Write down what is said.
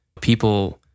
people